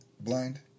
blind